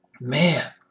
Man